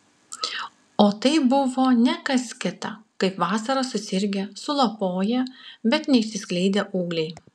o tai buvo ne kas kita kaip vasarą susirgę sulapoję bet neišsiskleidę ūgliai